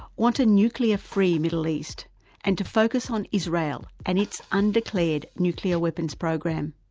want a nuclear-free middle east, and to focus on israel and its undeclared nuclear weapons program.